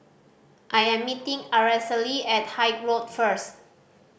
I am meeting Aracely at Haig Road first